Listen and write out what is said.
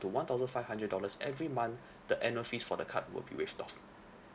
to one thousand five hundred dollars every month the annual fees for the card will be waived off